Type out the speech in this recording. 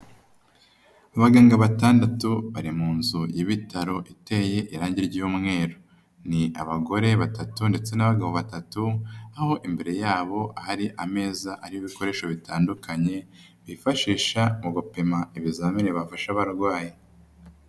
Abaganga batandatu bari mu nzu y'ibitaro iteye irangi ry'umweru, ni abagore batatu ndetse n'abagabo batatu, aho imbere yabo hari ameza ari ibikoresho bitandukanye bifashisha mu gupima ibizamini bafashe abarwayi.